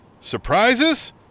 Surprises